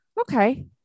Okay